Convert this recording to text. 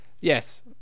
Yes